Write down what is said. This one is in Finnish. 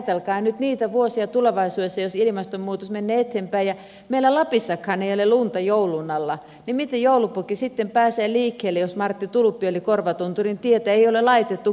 ajatelkaa nyt niitä vuosia tulevaisuudessa jos ilmastonmuutos menee eteenpäin ja meillä lapissakaan ei ole lunta joulun alla niin miten joulupukki sitten pääsee liikkeelle jos marttitulppion eli korvatunturintietä ei ole laitettu kuntoon